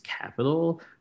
capital